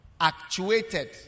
Actuated